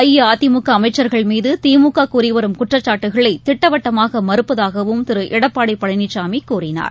அஇஅதிமுகஅமைச்சர்கள் மீதுதிமுககூறிவரும் குற்றச்சாட்டுக்களைதிட்டவட்டமாகமறுப்பதாகவும் திருஎடப்பாடிபழனிசாமிகூறினார்